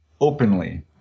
openly